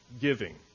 Giving